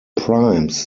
primes